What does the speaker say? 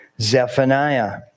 Zephaniah